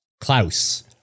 Klaus